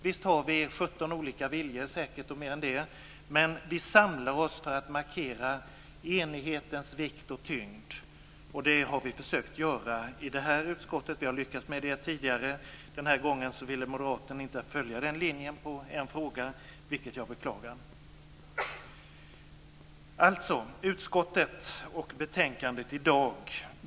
Säkert har vi 17 olika viljor och mer än det, men vi samlar oss för att markera enighetens vikt och tyngd. Och det har vi försökt att göra i det här betänkandet. Vi har lyckats med det tidigare. Den här gången ville moderaterna inte följa den linjen i en fråga, vilket jag beklagar.